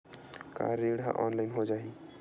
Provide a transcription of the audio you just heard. का ऋण ह ऑनलाइन हो जाही?